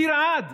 תרעד.